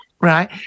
Right